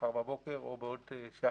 מחר בבוקר, או בעוד שעה.